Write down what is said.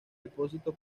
depósito